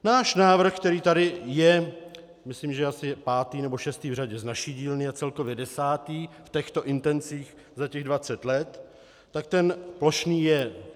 Náš návrh, který tady je, myslím že asi pátý nebo šestý řadě z naší dílny, celkově desátý v těchto intencích za těch dvacet let, plošný je.